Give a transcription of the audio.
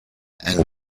and